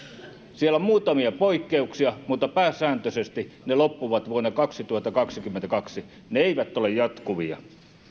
siellä on muutamia poikkeuksia mutta pääsääntöisesti ne loppuvat vuonna kaksituhattakaksikymmentäkaksi ne eivät ole jatkuvia